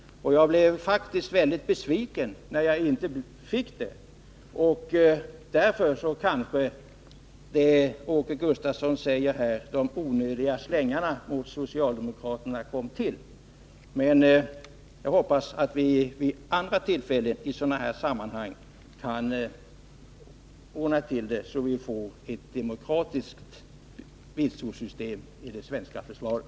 Jag blev faktiskt mycket besviken när jag inte fick det. Därav kom sig kanske de, som Åke Gustavsson kallar dem, onödiga slängarna mot socialdemokraterna. Jag hoppas att vi vid andra tillfällen i sådana här sammanhang skall kunna ordna ett demokratiskt vitsordssystem i det svenska försvaret.